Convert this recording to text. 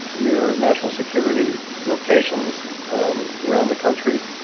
near national security locations um around the country,